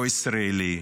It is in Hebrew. לא ישראלי.